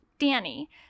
Danny